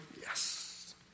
Yes